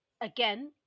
again